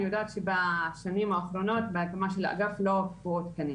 אני יודעת שבשנים האחרונות מההקמה של האגף לא הופקעו תקנים.